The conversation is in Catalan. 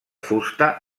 fusta